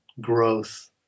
growth